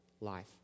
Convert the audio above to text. life